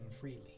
freely